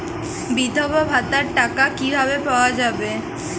বিধবা ভাতার টাকা কিভাবে পাওয়া যাবে?